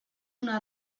una